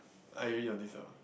I really don't think so